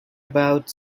about